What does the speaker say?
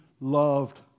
loved